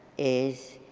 is